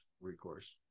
recourse